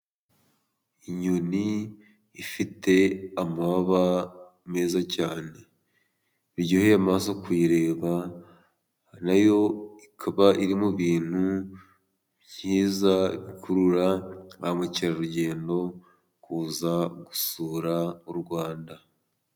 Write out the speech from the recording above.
Inyoni ifite amababa meza cyane biryohe amaraso kuyireba. Nayo ikaba iri mu ibintu byiza bikurura ba mukerarugendo kuza gusura u Rwanda.